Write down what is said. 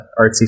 artsy